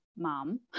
mom